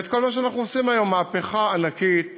ואת כל מה שאנחנו עושים היום, מהפכה ענקית